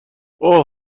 اوه